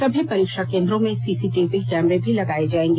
सभी परीक्षा केंद्रों में सीसीटीवी कैमरा भी लगाया जाएगा